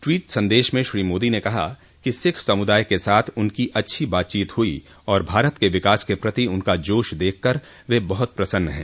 tweet संदेश में श्री मोदी ने कहा कि सिख समुदाय के साथ उनकी अच्छी बातचीत हुई और भारत के विकास के प्रति उनका जोश देखकर वे बहुत प्रसन्न है